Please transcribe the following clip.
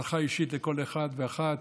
ברכה אישית לכל אחד ואחת,